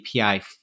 API